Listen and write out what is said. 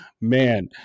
Man